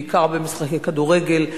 בעיקר במשחקי כדורגל,